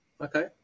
Okay